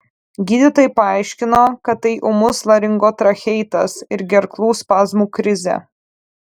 gydytojai paaiškino kad tai ūmus laringotracheitas ir gerklų spazmų krizė